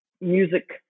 music